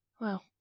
Well